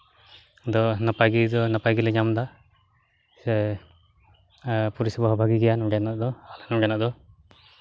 ᱟᱫᱚ ᱱᱟᱯᱟᱭ ᱜᱮ ᱱᱟᱯᱟᱭ ᱜᱮᱞᱮ ᱧᱟᱢᱫᱟ ᱥᱮ ᱯᱚᱨᱤᱥᱮᱵᱟ ᱦᱚᱸ ᱵᱷᱟᱹᱜᱤ ᱜᱮᱭᱟ ᱱᱚᱰᱮᱱᱟᱜ ᱫᱚ ᱱᱚᱰᱮᱱᱟᱜ ᱫᱚ